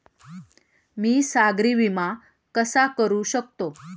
मी सागरी विमा कसा करू शकतो?